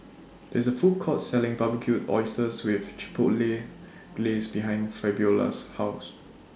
There IS A Food Court Selling Barbecued Oysters with Chipotle Glaze behind Fabiola's House